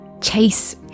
chase